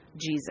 Jesus